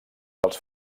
als